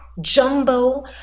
jumbo